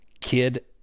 kid